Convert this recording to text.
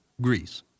greece